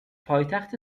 پایتخت